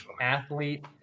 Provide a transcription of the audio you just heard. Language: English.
athlete